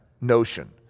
notion